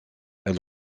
elle